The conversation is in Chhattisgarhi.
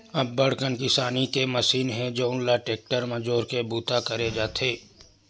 अब्बड़ कन किसानी के मसीन हे जउन ल टेक्टर म जोरके बूता करे जाथे